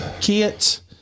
kits